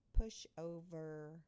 Pushover